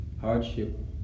Hardship